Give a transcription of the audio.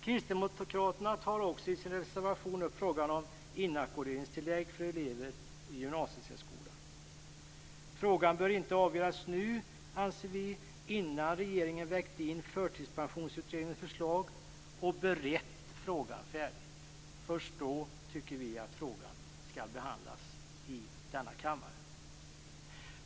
Kristdemokraterna tar också i sin reservation upp frågan om inackorderingstillägg för elever i gymnasiesärskola. Frågan bör inte avgöras nu, anser vi, innan regeringen vägt in Förtidspensionsutredningens förslag och berett frågan färdigt. Först då tycker vi att frågan skall behandlas i denna kammare.